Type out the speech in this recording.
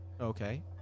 okay